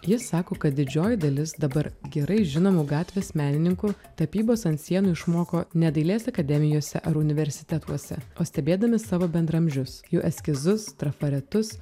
jis sako kad didžioji dalis dabar gerai žinomų gatvės menininkų tapybos ant sienų išmoko ne dailės akademijose ar universitetuose o stebėdami savo bendraamžius jų eskizus trafaretus